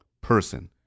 person